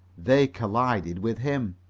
they collided with him.